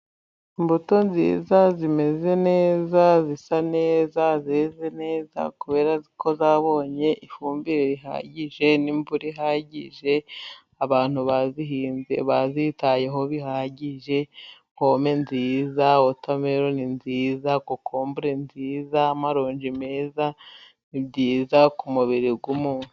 Imbuto nziza zimeze neza zisa neza zeze neza kuberako zabonye ifumbire rihagije n'imvura ihagije, abantu bazihinze bazitayeho bihagije pome nziza, wotameloni nziza , kokombure nziza, amaronji meza, ni byiza ku mubiri w'umuntu.